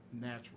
natural